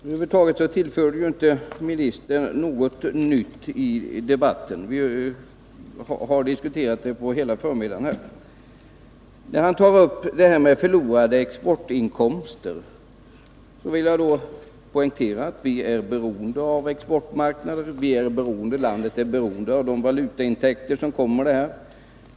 Jordbruksministern tillförde inte heller något nytt till den debatt som vi fört under hela förmiddagen. Jordbruksministern tog upp frågan om förlorade exportinkomster. Jag vill poängtera att vi är beroende av exportmarknader och att landet är beroende av de valutaintäkter som kom från dessa.